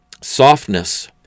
softness